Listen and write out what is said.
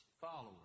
followers